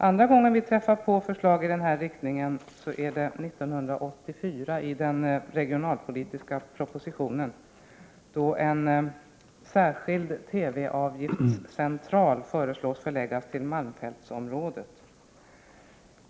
Andra gången vi träffar på förslag i denna riktning är 1984, i den regionalpolitiska propositionen, då en särskild TV-avgiftscentral föreslås förläggas till malmfältsområdet.